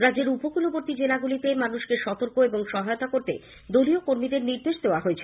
রাজ্যের উপকূলবর্তী জেলাগুলিতে মানুষকে সতর্ক এবং সহায়তা করতে দলীয় কর্মীদের নির্দেশ দেওয়া হয়েছে